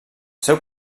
seu